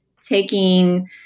taking